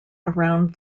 around